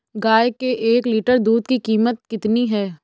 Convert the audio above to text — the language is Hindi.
गाय के एक लीटर दूध की कीमत कितनी है?